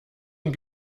und